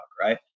right